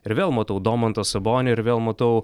ir vėl matau domantą sabonį ir vėl matau